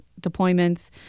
deployments